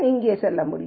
இங்கே செல்ல முடியும்